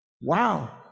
Wow